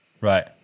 right